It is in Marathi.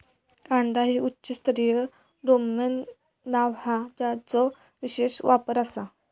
कांदा हे उच्च स्तरीय डोमेन नाव हा ज्याचो विशेष वापर आसा